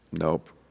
nope